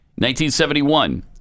1971